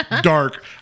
dark